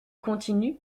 continue